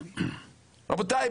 רבותיי,